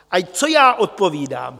A co já odpovídám?